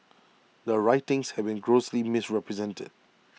the writings have been grossly misrepresented